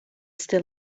still